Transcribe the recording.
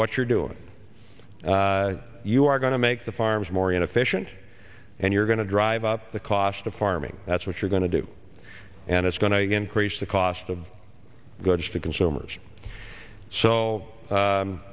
what you're doing you are to make the farms more inefficient and you're going to drive up the cost of farming that's what you're going to do and it's going to increase the cost of goods to consumers so